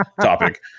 topic